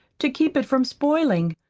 to keep it from spoiling.